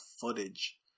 footage